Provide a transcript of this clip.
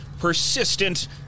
persistent